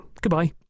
Goodbye